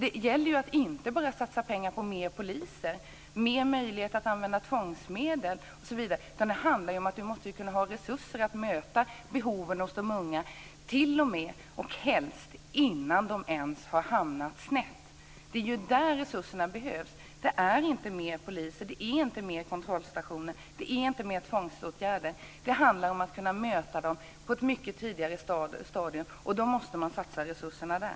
Det gäller ju inte bara att satsa pengar på fler poliser, större möjligheter att använda tvångsmedel osv., utan det handlar om att ha resurser att möta behoven hos de unga, och helst innan de ens har hamnat snett. Det är där resurserna behövs. Det behövs inte fler poliser, fler kontrollstationer eller tvångsåtgärder. Det handlar om att kunna möta ungdomarna på ett mycket tidigare stadium. Då måste man satsa resurserna där.